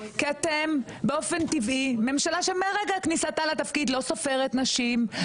כי אתם באופן טבעי ממשלה שמרגע כניסתה לתפקיד לא סופרת נשים,